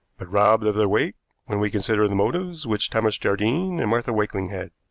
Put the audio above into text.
but robbed of their weight when we consider the motives which thomas jardine and martha wakeling had.